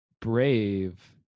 brave